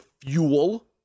fuel